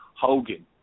Hogan